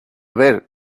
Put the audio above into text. ver